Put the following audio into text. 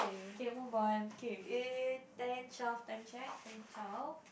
okay move on okay it ten child ten check ten child